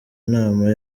nama